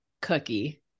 cookie